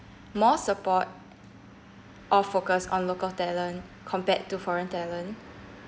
more support or focus on local talent compared to foreign talent